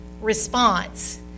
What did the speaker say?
response